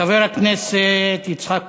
חבר הכנסת יצחק כהן.